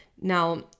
Now